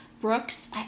Brooks